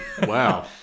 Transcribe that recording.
Wow